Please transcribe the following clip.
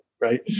Right